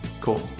cool